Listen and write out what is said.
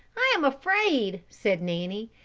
i am afraid, said nanny.